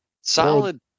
Solid